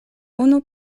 unu